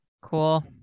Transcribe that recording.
Cool